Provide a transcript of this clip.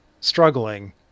Struggling